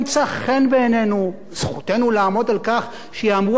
זכותנו לעמוד על כך שייאמרו עלינו דברים נכונים,